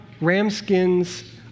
ramskins